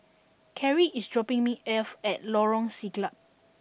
Carie is dropping me off at Lorong Siglap